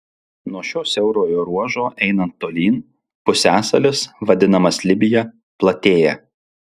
nuo šio siaurojo ruožo einant tolyn pusiasalis vadinamas libija platėja